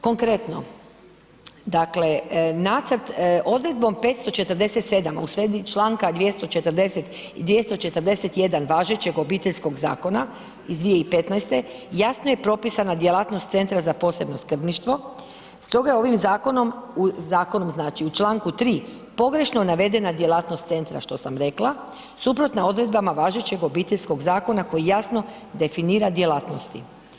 Konkretno, dakle odredbom 547. u svezi članka 241. važećeg Obiteljskog zakona iz 2015. jasno je propisana djelatnost Centra za posebno skrbništvo, stoga je ovom zakonom u članku 3. pogrešno navedena djelatnost centra, što sam rekla, suprotno odredbama važećeg Obiteljskog zakona koji jasno definira djelatnosti.